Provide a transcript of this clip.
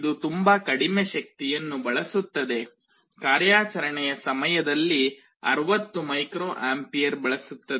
ಮತ್ತು ಇದು ತುಂಬಾ ಕಡಿಮೆ ಶಕ್ತಿಯನ್ನು ಬಳಸುತ್ತದೆ ಕಾರ್ಯಾಚರಣೆಯ ಸಮಯದಲ್ಲಿ 60 ಮೈಕ್ರೊಅಂಪಿಯರ್ ಬಳಸುತದೆ